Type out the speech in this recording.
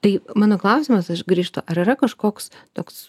tai mano klausimas aš grįžtu ar yra kažkoks toks